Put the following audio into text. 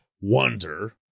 wonder